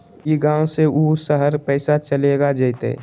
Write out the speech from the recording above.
ई गांव से ऊ शहर पैसा चलेगा जयते?